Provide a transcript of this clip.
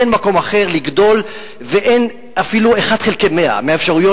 אין מקום אחר לגדול ואין אפילו 1 חלקי 100 מהאפשרויות